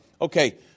Okay